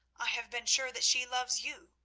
i have been sure that she loves you,